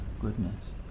goodness